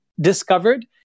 discovered